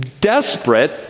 Desperate